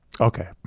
Okay